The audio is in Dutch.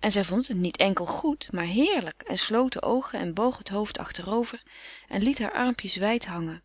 en zij vond het niet enkel goed maar heerlijk en sloot de oogen en boog het hoofd achterover en liet haar armpjes wijd hangen